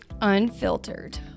unfiltered